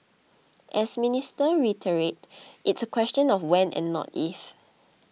as Minister reiterated it's a question of when and not if